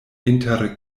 inter